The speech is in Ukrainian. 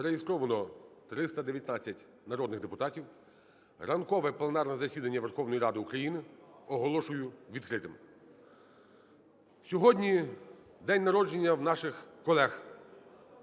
Зареєстровано 319 народних депутатів. Ранкове пленарне засідання Верховної Ради України оголошую відкритим. Сьогодні день народження у наших колег.